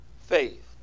faith